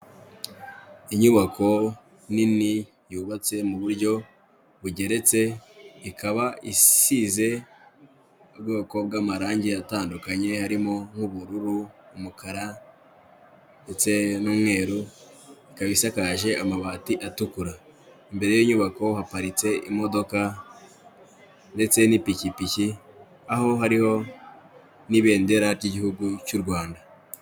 Inyubako nini yubatse mu buryo bugeretse, ikaba isize ubwoko bw'amarange atandukanye harimo nk'ubururu, umukara ndetse n'umweru, ikaba isakaje amabati atukura, imbere y'inyubako haparitse imodoka ndetse n'ipikipiki aho hariho n'Ibendera ry'Igihugu cy'u Rwanda.